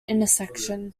intersection